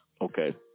Okay